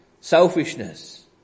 selfishness